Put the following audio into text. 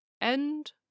End